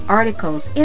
articles